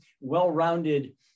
well-rounded